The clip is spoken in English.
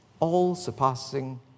all-surpassing